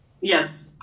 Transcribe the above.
yes